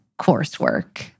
coursework